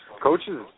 coaches